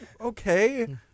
Okay